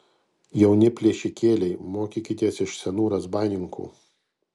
jauni plėšikėliai mokykitės iš senų razbaininkų